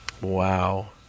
Wow